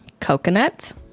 Coconuts